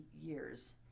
years